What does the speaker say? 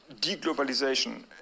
deglobalization